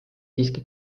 siiski